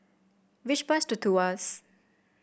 which bus to Tuas